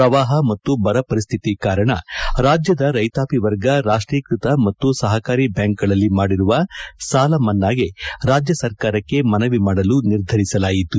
ಪ್ರವಾಹ ಮತ್ತು ಬರ ಪರಿಸ್ಥಿತಿ ಕಾರಣ ರಾಜ್ಯದ ರೈತಾಪಿ ವರ್ಗ ರಾಷ್ಟೀಕೃತ ಮತ್ತು ಸಹಕಾರಿ ಬ್ಯಾಂಕ್ಗಳಲ್ಲಿ ಮಾಡಿರುವ ಸಾಲ ಮನ್ನಾಗೆ ರಾಜ್ಯ ಸರ್ಕಾರಕ್ಕೆ ಮನವಿ ಮಾಡಲು ನಿರ್ಧರಿಸಲಾಯಿತು